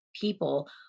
people